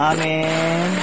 Amen